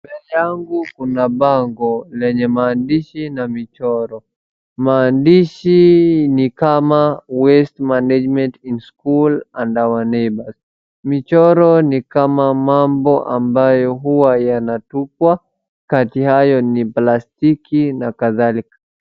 Mbele yangu kuna bango lenye maandishi na michoro. Maandishi ni kama Waste management in Schools and Our neeighbours , michoro ni kama mambo ambayo huwa yanatupwa, kati hayo ni plastiki na kadhalika.